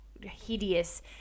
hideous